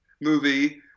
movie